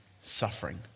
suffering